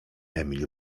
emil